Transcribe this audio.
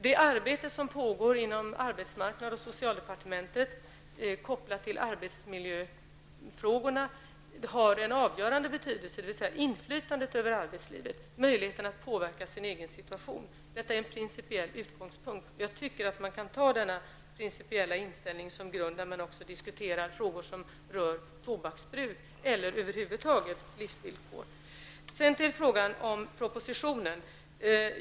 Det arbete som pågår inom arbetsmarknads och socialdepartementen kopplat till arbetsmiljöfrågorna har en avgörande betydelse, dvs. inflytande över arbetslivet, möjligheter att påverka sin egen situation. Detta är en principiell utgångspunkt. Jag tycker att man kan ha denna principiella ställning som grund när man diskuterar frågor som rör tobaksbruket eller livsvillkor över huvud taget. Sedan till frågan om propositionen.